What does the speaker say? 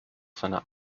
seiner